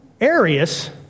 Arius